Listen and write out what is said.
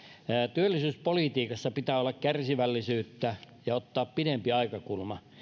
työllisyyspolitiikassa pitää olla kärsivällisyyttä ja ottaa pidempi aikakulma